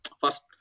First